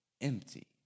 empty